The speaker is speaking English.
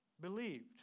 believed